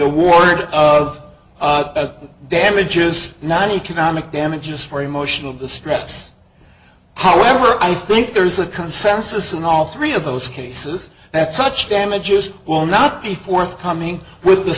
award of damages not economic damages for emotional distress however i think there's a consensus in all three of those cases that such damages will not be forthcoming with the